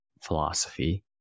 philosophy